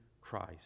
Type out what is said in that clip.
Christ